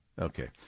Okay